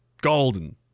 golden